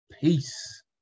Peace